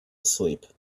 asleep